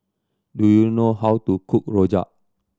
do you know how to cook rojak